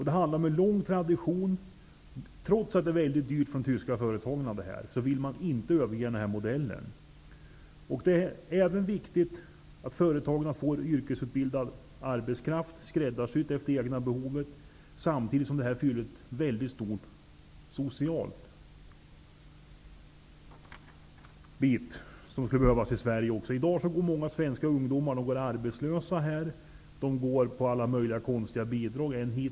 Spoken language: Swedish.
Det handlar om en lång tradition. Trots att detta är mycket dyrt för de tyska företagen, vill man inte överge denna modell. Det är även viktigt att företagen får yrkesutbildad arbetskraft, skräddarsydd efter de egna behoven. Samtidigt fyller detta en mycket viktig roll socialt, vilket även skulle behövas i Sverige. I dag går många svenska ungdomar arbetslösa. De får alla möjliga konstiga bidrag.